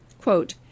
Quote